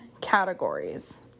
categories